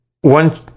one